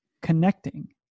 connecting